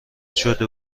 شده